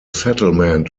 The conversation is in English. settlement